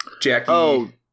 Jackie